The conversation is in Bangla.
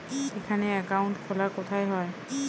এখানে অ্যাকাউন্ট খোলা কোথায় হয়?